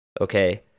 okay